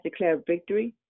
DeclareVictory